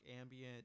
ambient